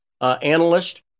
analyst